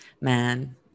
man